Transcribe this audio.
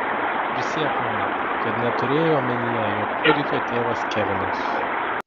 prisiek man kad neturėjai omenyje jog kūdikio tėvas kevinas